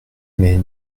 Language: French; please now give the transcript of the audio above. mais